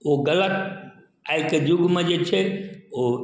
ओ गलत आइके जुगमे जे छै ओ